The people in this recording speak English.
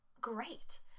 Great